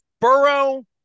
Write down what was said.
Burrow